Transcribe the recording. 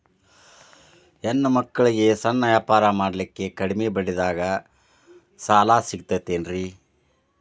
ಹೆಣ್ಣ ಮಕ್ಕಳಿಗೆ ಸಣ್ಣ ವ್ಯಾಪಾರ ಮಾಡ್ಲಿಕ್ಕೆ ಕಡಿಮಿ ಬಡ್ಡಿದಾಗ ಸಾಲ ಸಿಗತೈತೇನ್ರಿ?